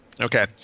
Okay